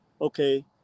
okay